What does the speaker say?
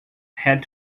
had